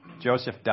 Joseph